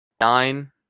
nine